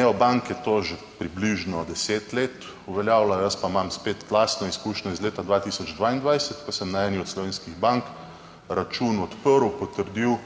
neobanke to že približno deset let uveljavljajo. Jaz pa imam spet lastno izkušnjo iz leta 2022, ko sem na eni od slovenskih bank račun odprl, potrdil